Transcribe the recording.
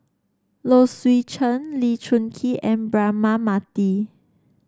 Low Swee Chen Lee Choon Kee and Braema Mathi